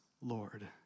Lord